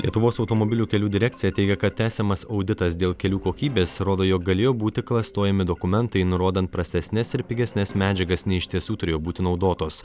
lietuvos automobilių kelių direkcija teigia kad tęsiamas auditas dėl kelių kokybės rodo jog galėjo būti klastojami dokumentai nurodant prastesnes ir pigesnes medžiagas nei iš tiesų turėjo būti naudotos